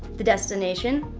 the destination,